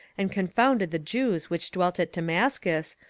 and confounded the jews which dwelt at damascus,